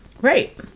Right